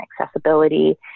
accessibility